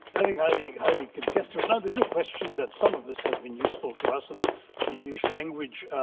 i think highly highly contestable. no, there's no question that some of this has been useful to us. and the english language